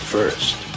First